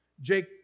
Jake